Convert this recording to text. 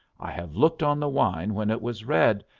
i have looked on the wine when it was red,